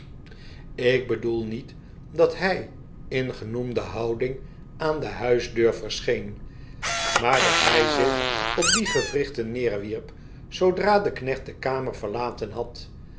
ik bedoel niet dat hy in genoemde houding aan de huisdeur verscheen maar dat hy zich op die gewrichten neerwierp zoodra de knecht de kamer verlaten had